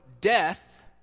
death